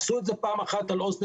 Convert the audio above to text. עשו את זה פעם אחת על "אופק